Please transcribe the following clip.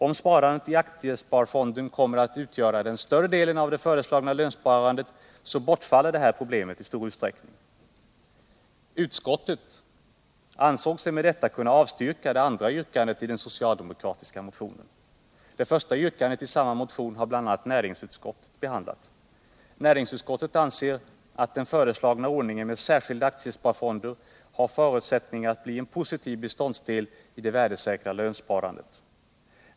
Om sparandet i aktiesparfonden kommer att utgöra den större delen av det föreslagna lönsparandet, bortfaller det här problemet i stor utsträckning. Utskottet ansåg sig med detta kunna avstyrka det andra yrkandet i den socialdemokratiska motionen. Det första yrkandet i samma motion har bl.a. näringsutskottet behandlat. Näringsutskottet anser att den föreslagna ordningen med särskilda aktiesparfonder har förutsättningar för att bli en positiv beståndsdel i det värdesäkra lönsparandet.